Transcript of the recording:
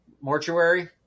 mortuary